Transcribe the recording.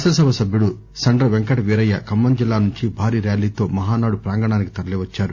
శాసనసభ సభ్యుడు సంద్రవెంకట వీరయ్య ఖమ్మం జిల్లా నుంచి భారీ ర్యాలీతో మహానాడు ప్రాంగణానికి తరలివచ్చారు